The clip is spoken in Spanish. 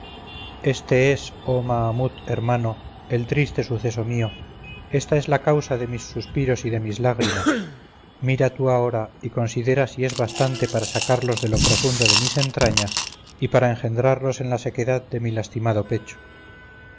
éste es oh mahamut hermano el triste suceso mío ésta es la causa de mis suspiros y de mis lágrimas mira tú ahora y considera si es bastante para sacarlos de lo profundo de mis entrañas y para engendrarlos en la sequedad de mi lastimado pecho